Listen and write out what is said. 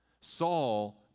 Saul